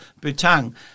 Bhutan